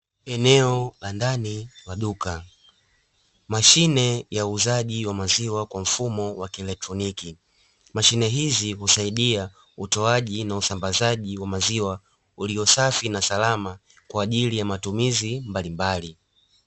Eneo la ndani maduka mashine ya uuzaji wa maziwa kwa mfumo wa kielektroniki, mashine hizi husaidia utoaji na usambazaji wa maziwa ulio safi na salama, kwa ajili ya matumizi mbalimbali.